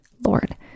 lord